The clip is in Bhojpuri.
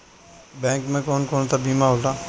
बैंक में कौन कौन से बीमा होला?